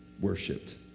worshipped